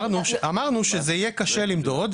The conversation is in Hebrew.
אמרנו שזה יהיה קשה למדוד,